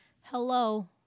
Hello